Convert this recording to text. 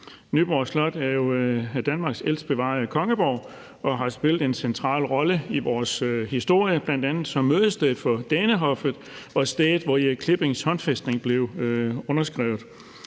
Nyborg Slot er jo Danmarks ældst bevarede kongeborg og har spillet en central rolle i vores historie, bl.a. som mødested for Danehoffet og stedet, hvor Erik Klippings håndfæstning blev underskrevet.